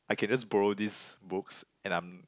I can just borrow these books and I'm